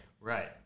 right